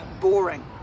boring